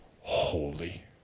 holy